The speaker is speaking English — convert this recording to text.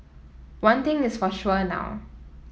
one thing is for sure now